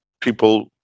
people